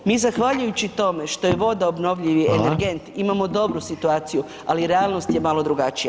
Mi zahvaljujući tome što je voda obnovljivi energent [[Upadica: Hvala]] imamo dobru situaciju, ali realnost je malo drugačija.